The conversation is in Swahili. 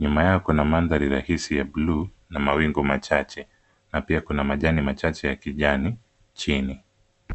Nyuma yao kuna mandhari rahisi ya buluu na mawingu machache na pia kuna majani machache ya kijani chini.